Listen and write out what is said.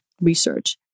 research